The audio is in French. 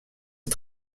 est